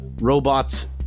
Robots